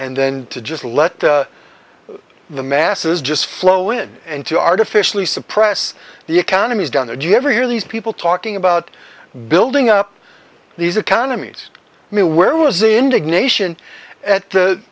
and then to just let the masses just flow in and to artificially suppress the economies down there do you ever hear these people talking about building up these economies me where was indignation at the